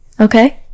Okay